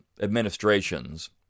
administrations